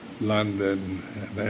London